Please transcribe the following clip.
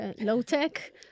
low-tech